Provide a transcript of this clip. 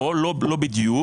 לא בדיוק.